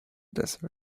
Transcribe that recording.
desert